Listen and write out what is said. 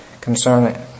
concerning